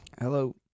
Hello